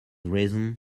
risen